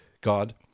God